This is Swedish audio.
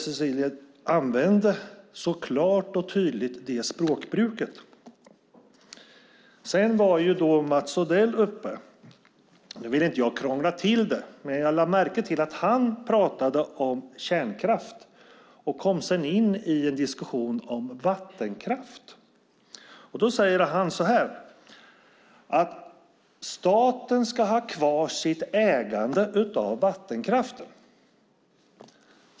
Cecilie använde ju ett klart och tydligt språkbruk. Sedan var Mats Odell uppe. Nu vill jag inte krångla till det, men jag lade märke till att han talade om kärnkraft och sedan kom in i en diskussion om vattenkraft. Då sade han att staten ska ha kvar sitt ägande av vattenkraften.